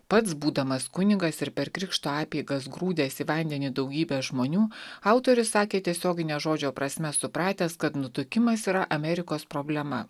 pats būdamas kunigas ir per krikšto apeigas grūdęs į vandenį daugybę žmonių autorius sakė tiesiogine žodžio prasme supratęs kad nutukimas yra amerikos problema